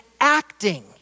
acting